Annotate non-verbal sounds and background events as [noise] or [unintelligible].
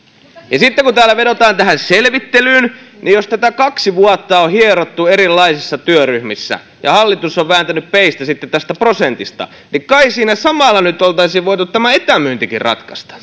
ja sitten kun täällä vedotaan tähän selvittelyyn jos tätä kaksi vuotta on hierottu erilaisissa työryhmissä ja hallitus on sitten vääntänyt peistä tästä prosentista niin kai siinä samalla nyt oltaisiin voitu tämä etämyyntikin ratkaista [unintelligible]